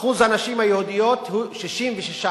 אחוז הנשים היהודיות הוא 66%